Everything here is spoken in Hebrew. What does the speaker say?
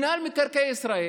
במינהל מקרקעי ישראל